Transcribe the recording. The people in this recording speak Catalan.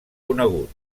conegut